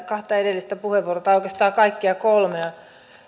kahta edellistä puheenvuoroa tai oikeastaan kaikkia kolmea